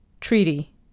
treaty